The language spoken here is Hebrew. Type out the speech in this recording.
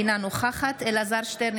אינה נוכחת אלעזר שטרן,